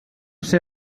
ser